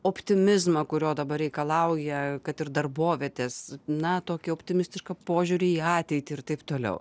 optimizmą kurio dabar reikalauja kad ir darbovietės na tokį optimistišką požiūrį į ateitį ir taip toliau